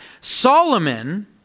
Solomon